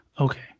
Okay